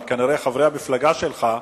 אבל כנראה חברי המפלגה שלך,